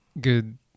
good